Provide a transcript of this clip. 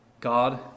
God